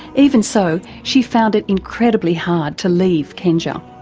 even so, she found it incredibly hard to leave kenja,